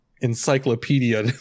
encyclopedia